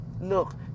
Look